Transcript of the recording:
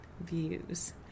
views